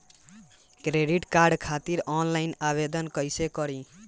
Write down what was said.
Credit card खातिर online आवेदन कइसे करि?